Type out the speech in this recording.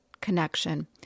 connection